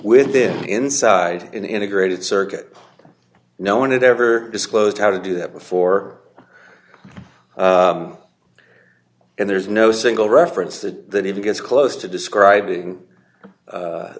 within inside an integrated circuit no one had ever disclosed how to do that before and there is no single reference that even gets close to describing